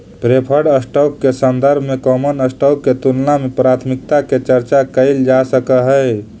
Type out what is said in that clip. preferred stock के संदर्भ में कॉमन स्टॉक के तुलना में प्राथमिकता के चर्चा कैइल जा सकऽ हई